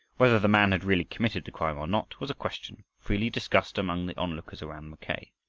whether the man had really committed the crime or not was a question freely discussed among the onlookers around mackay.